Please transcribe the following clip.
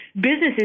businesses